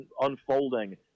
unfolding